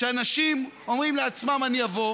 שאנשים אומרים לעצמם: אני אבוא,